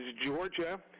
Georgia